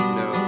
no